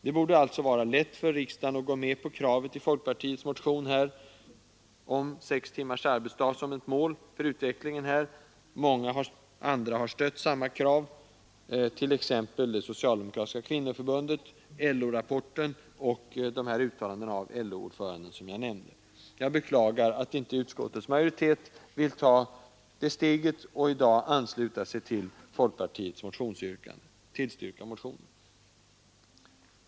Det borde alltså vara lätt för riksdagen att gå med på kravet i folkpartiets motion om sex timmars arbetsdag som ett mål för utvecklingen. Många andra har stött samma krav, exempelvis socialdemokratiska kvinnoförbundet, LO-rapporten och LO-ordföranden i de nämnda uttalandena. Jag beklagar att inte utskottets majoritet vill ta det steget att i dag tillstyrka kravet i folkpartiets motion.